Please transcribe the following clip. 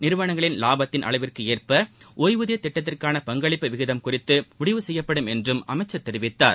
நிறுவனங்களின் லாபத்தின் அளவிற்கு ஏற்ப ஒய்வூதியத் திட்டத்திற்கான பங்களிப்பு விகிதம் குறித்து முடிவு செய்யப்படும் என்றும் அமைச்சர் தெரிவித்தார்